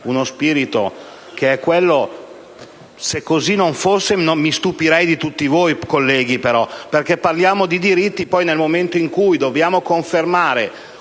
uno spirito preciso. Se così non fosse, però, mi stupirei di tutti voi, colleghi, perché parliamo di diritti ma nel momento in cui dobbiamo confermare